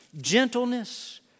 gentleness